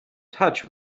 touch